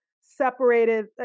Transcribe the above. separated